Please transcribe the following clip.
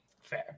Fair